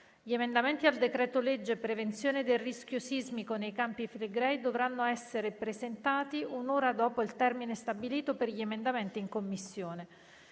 Gli emendamenti al decreto-legge prevenzione del rischio sismico nei Campi Flegrei dovranno essere presentati un'ora dopo il termine stabilito per gli emendamenti in Commissione.